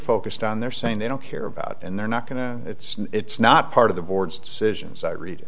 focused on they're saying they don't care about it and they're not going to it's not part of the board's decisions i read